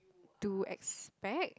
to expect